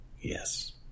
Yes